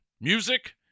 music